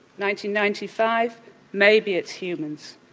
ninety ninety five maybe it's humans.